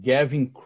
Gavin